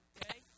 Okay